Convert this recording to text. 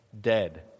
dead